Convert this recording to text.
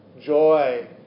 joy